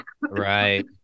Right